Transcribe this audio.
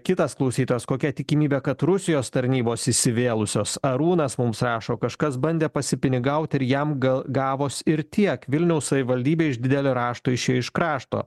kitas klausytojas kokia tikimybė kad rusijos tarnybos įsivėlusios arūnas mums rašo kažkas bandė pasipinigaut ir jam gal gavos ir tiek vilniaus savivaldybė iš didelio rašto išėjo iš krašto